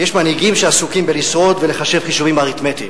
ויש מנהיגים שעסוקים בלשרוד ולחשב חישובים אריתמטיים.